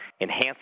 enhance